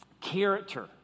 character